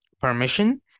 permission